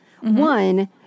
one